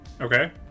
Okay